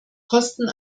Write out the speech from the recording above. kosten